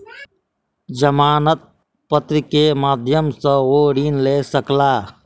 जमानत पत्र के माध्यम सॅ ओ ऋण लय सकला